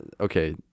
Okay